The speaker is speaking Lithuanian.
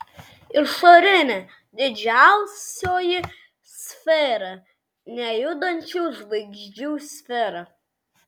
išorinė didžiausioji sfera nejudančių žvaigždžių sfera